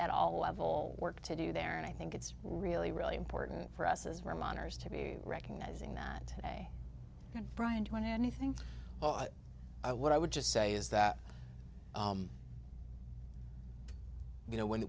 at all level work to do there and i think it's really really important for us as we're miners to be recognizing that day and brian when anything what i would just say is that you know when